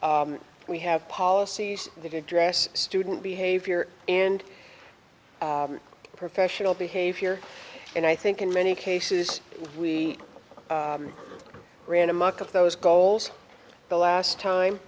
we have policies that address student behavior and professional behavior and i think in many cases we ran amuck of those goals the last time